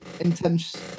intense